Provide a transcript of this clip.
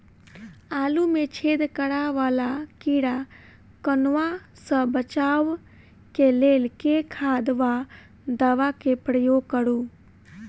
आलु मे छेद करा वला कीड़ा कन्वा सँ बचाब केँ लेल केँ खाद वा दवा केँ प्रयोग करू?